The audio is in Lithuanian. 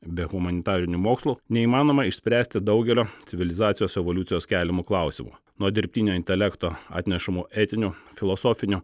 be humanitarinių mokslų neįmanoma išspręsti daugelio civilizacijos evoliucijos keliamų klausimų nuo dirbtinio intelekto atnešamų etinių filosofinių